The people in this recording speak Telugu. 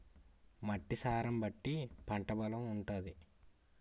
మట్టి సారాన్ని బట్టి పంట బలం ఉంటాది